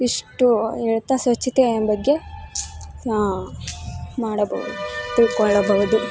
ಇಷ್ಟು ಹೇಳ್ತಾ ಸ್ವಚ್ಛತೆಯ ಬಗ್ಗೆ ಮಾಡಬಹುದು ತಿಳ್ಕೊಳ್ಳಬಹುದು